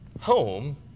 home